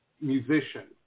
musician